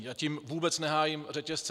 A tím vůbec nehájím řetězce.